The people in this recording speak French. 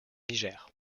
niger